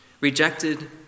rejected